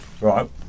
Right